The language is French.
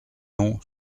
nom